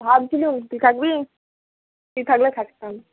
ভাবছিলাম তুই থাকবি তুই থাকলে থাকতাম